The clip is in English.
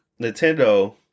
Nintendo